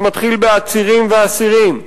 זה מתחיל בעצירים ואסירים,